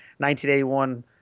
1981